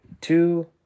two